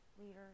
leaders